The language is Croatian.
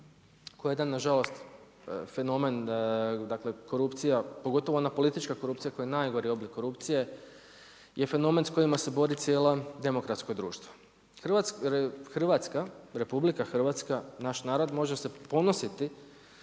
koja je nažalost, fenomen, dakle korupcija, pogotovo ona politička korupcija, koja je najgori oblik korupcije je fenomen s kojima se bori cijelo demokratsko društvo. RH, naš narod može se ponositi